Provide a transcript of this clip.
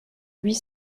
huit